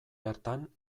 bertan